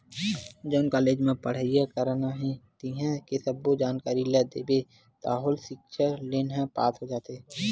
जउन कॉलेज म पड़हई करना हे तिंहा के सब्बो जानकारी ल देबे ताहाँले सिक्छा लोन ह पास हो जाथे